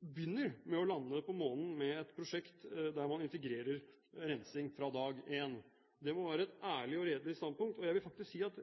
begynner det å lande på månen med et prosjekt der man integrerer rensing fra dag én. Det må være et ærlig og redelig standpunkt. Og jeg vil faktisk si at